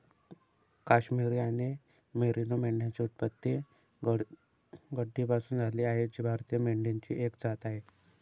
काश्मिरी आणि मेरिनो मेंढ्यांची उत्पत्ती गड्डीपासून झाली आहे जी भारतीय मेंढीची एक जात आहे